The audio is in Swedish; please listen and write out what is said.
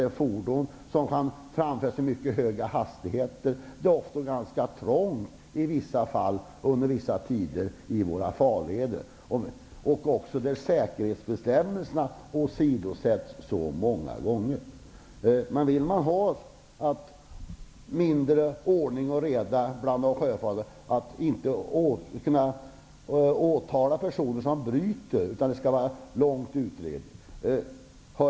Båtar är fordon som kan framföras i mycket höga hastigheter, det är trångt i våra farleder under vissa tider, och många gånger åsidosätts säkerhetsbestämmelserna. Vill man ha mindre ordning och reda bland de sjöfarande och inte kunna åtala personer som bryter mot reglerna utan att det måste göras långa utredningar?